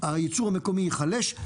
הייצור המקומי ייחלש,